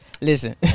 listen